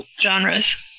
genres